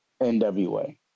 NWA